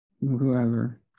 whoever